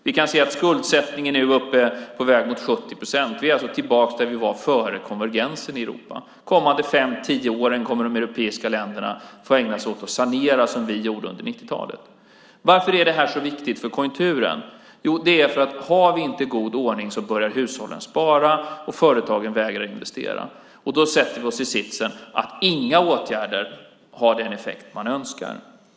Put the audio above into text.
Vi kan se att skuldsättningen nu är på väg mot 70 procent. Vi är alltså tillbaka där vi var innan konvergenskraven infördes i Europa. De kommande fem tio åren kommer de europeiska länderna att få ägna sig åt att sanera ekonomin som vi gjorde under 90-talet. Varför är detta så viktigt för konjunkturen? Jo, det är för att om vi inte har god ordning börjar hushållen spara och företagen vägrar investera. Då sätter vi oss i den sitsen att inga åtgärder har den effekt som vi önskar.